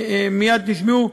מייד תשמעו: